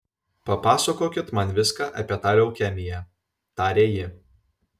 papasakokit man viską apie tą leukemiją tarė ji